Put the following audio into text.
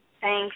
Thanks